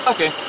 Okay